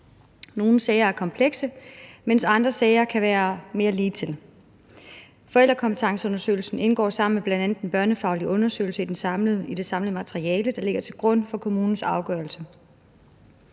Nogle sager er komplekse, mens andre sager kan være mere ligetil. Forældrekompetenceundersøgelsen indgår sammen med bl.a. den børnefaglige undersøgelse i det samlede materiale, der ligger til grund for kommunens afgørelse.